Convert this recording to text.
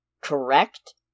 correct